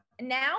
now